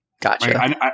Gotcha